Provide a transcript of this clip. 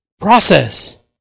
process